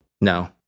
No